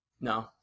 No